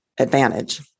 advantage